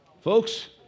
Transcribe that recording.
Folks